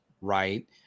right